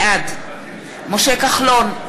בעד משה כחלון,